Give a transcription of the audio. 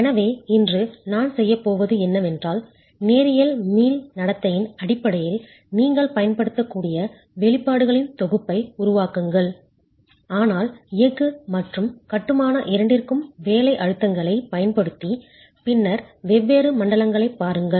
எனவே இன்று நான் செய்யப் போவது என்னவென்றால் நேரியல் மீள் நடத்தையின் அடிப்படையில் நீங்கள் பயன்படுத்தக்கூடிய வெளிப்பாடுகளின் தொகுப்பை உருவாக்குங்கள் ஆனால் எஃகு மற்றும் கட்டுமானம் இரண்டிற்கும் வேலை அழுத்தங்களைப் பயன்படுத்தி பின்னர் வெவ்வேறு மண்டலங்களைப் பாருங்கள்